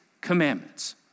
commandments